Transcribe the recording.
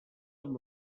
amb